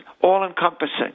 all-encompassing